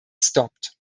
stopped